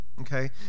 okay